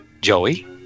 Joey